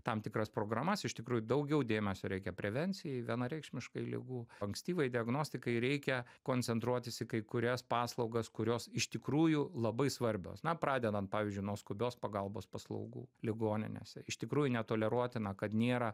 tam tikras programas iš tikrųjų daugiau dėmesio reikia prevencijai vienareikšmiškai ligų ankstyvai diagnostikai reikia koncentruotis į kai kurias paslaugas kurios iš tikrųjų labai svarbios na pradedant pavyzdžiui nuo skubios pagalbos paslaugų ligoninėse iš tikrųjų netoleruotina kad nėra